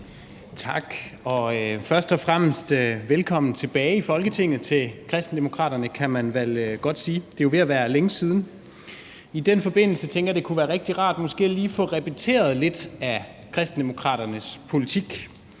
Tak. Først og fremmest velkommen tilbage i Folketinget til Kristendemokraterne, kan man vel godt sige. Det er jo ved at være længe siden. I den forbindelse tænker jeg, at det kunne være rigtig rart måske lige at få repeteret lidt af Kristendemokraternes politik.